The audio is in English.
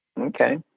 Okay